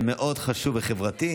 שמונה בעד, אין מתנגדים,